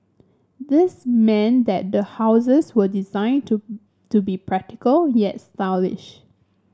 this meant that the houses were designed to to be practical yet stylish